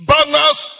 Banners